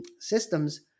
systems